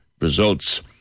results